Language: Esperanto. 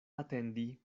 atendi